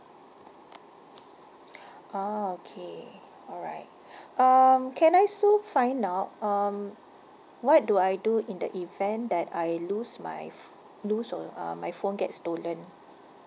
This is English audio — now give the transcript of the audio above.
orh okay alright um can I so find out um what do I do in the event that I lose my ph~ lose or um my phone gets stolen